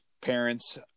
parents